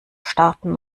starten